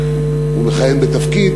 הוא מכהן בתפקיד,